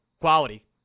quality